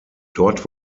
dort